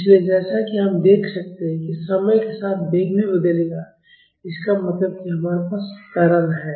इसलिए जैसा कि हम देख सकते हैं कि समय के साथ वेग भी बदलेगा इसका मतलब है कि हमारे पास त्वरण है